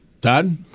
Todd